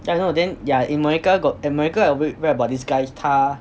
yeah I know then yeah in america got in america I read about this guy 他